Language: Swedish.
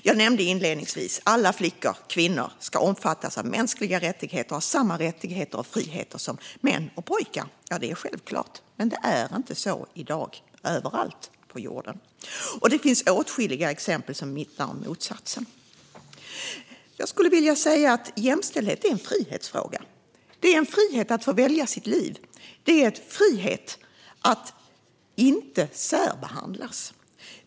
Jag nämnde inledningsvis att alla flickor och kvinnor ska omfattas av mänskliga rättigheter och ha samma rättigheter och friheter som män och pojkar. Det är självklart. Men det är inte så i dag överallt på jorden. Det finns åtskilliga exempel som vittnar om motsatsen. Jämställdhet är en frihetsfråga; frihet att få välja sitt liv. Frihet innebär att inte särbehandlas.